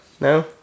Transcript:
No